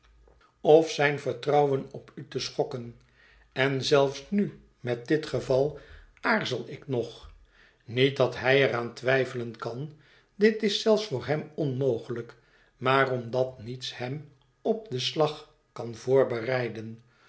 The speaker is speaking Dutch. of zijn vertrouwen op u te schokken ka zelfs nu met dit geval aarzel ik nog niet dat hij er aan twijfelen kan dit is zeils voor hem onmogelijk maar omdat niets hem op den slag kan voorbereiden